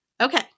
Okay